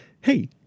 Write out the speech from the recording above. hey